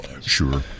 Sure